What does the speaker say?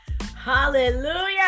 Hallelujah